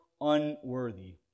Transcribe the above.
unworthy